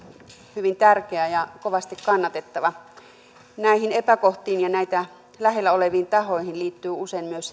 hyvin tärkeä ja kovasti kannatettava näihin epäkohtiin ja näitä lähellä oleviin tahoihin liittyy usein myös